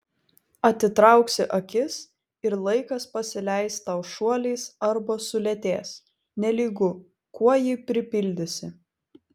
atitrauksi akis ir laikas pasileis tau šuoliais arba sulėtės nelygu kuo jį pripildysi